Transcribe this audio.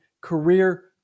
career